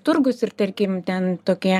turgus ir tarkim ten tokie